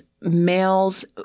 males